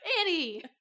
annie